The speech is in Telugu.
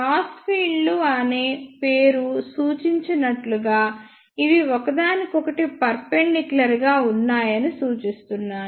క్రాస్ ఫీల్డ్లు అనే పేరు సూచించినట్లుగా ఇవి వ ఒకదానికొకటి పర్ఫెన్దిక్యూలర్ గా ఉన్నాయని సూచిస్తున్నాయి